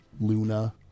Luna